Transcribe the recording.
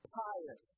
pious